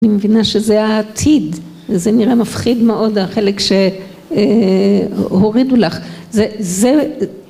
אני מבינה שזה העתיד, זה נראה מפחיד מאוד החלק שהורידו לך, זה